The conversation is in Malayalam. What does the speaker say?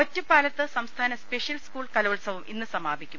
ഒറ്റപ്പാലത്ത് സംസ്ഥാന സ്പ്രെഷ്യൽ സ്കൂൾ കലോ ത്സവം ഇന്ന് സമാപിക്കും